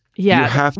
yeah, i have to.